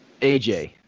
AJ